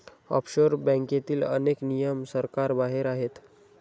offshore बँकेतील अनेक नियम सरकारबाहेर आहेत